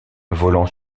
volant